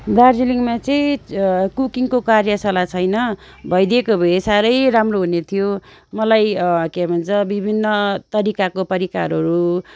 दार्जिलिङमा चाहिँ कुकिङको कार्यशाला छैन भइदिएको भए साह्रै राम्रो हुने थियो मलाई के भन्छ विभिन्न तरिकाको परिकारहरू